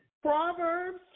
Proverbs